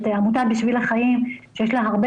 את עמותת בשביל החיים שיש לה הרבה